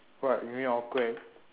what you mean awkward